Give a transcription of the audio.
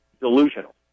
delusional